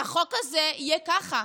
והחוק הזה יהיה ככה,